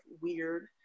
weird